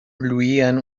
lluïen